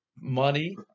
money